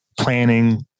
planning